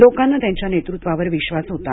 लोकांना त्यांच्या नेतृत्वावर विश्वास होता